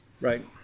Right